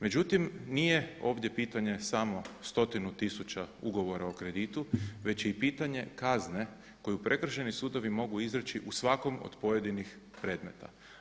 Međutim, nije ovdje pitanje samo stotinu tisuća ugovora o kreditu već je i pitanje kazne koju prekršajni sudovi mogu izreći u svakom od pojedinih predmeta.